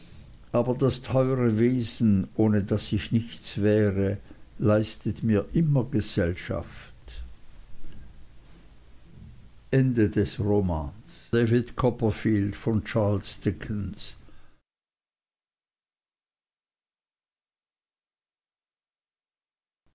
aber das teure wesen ohne das ich nichts wäre leistet mir immer gesellschaft